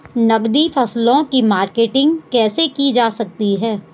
नकदी फसलों की मार्केटिंग कैसे की जा सकती है?